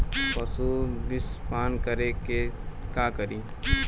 पशु विषपान करी त का करी?